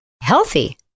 Healthy